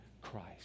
Christ